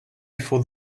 before